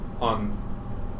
on